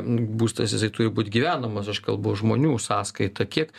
būstas jisai turi būt gyvenamas aš kalbu žmonių sąskaita kiek